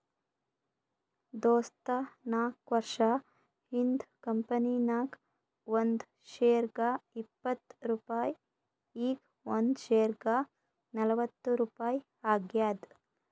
ದೋಸ್ತ ನಾಕ್ವರ್ಷ ಹಿಂದ್ ಕಂಪನಿ ನಾಗ್ ಒಂದ್ ಶೇರ್ಗ ಇಪ್ಪತ್ ರುಪಾಯಿ ಈಗ್ ಒಂದ್ ಶೇರ್ಗ ನಲ್ವತ್ ರುಪಾಯಿ ಆಗ್ಯಾದ್